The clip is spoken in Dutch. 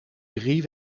drie